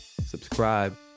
subscribe